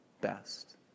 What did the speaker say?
best